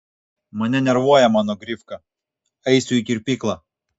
mane nervuoja mano grifka eisiu į kirpyklą